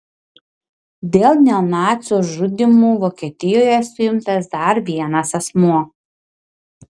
dėl neonacių žudymų vokietijoje suimtas dar vienas asmuo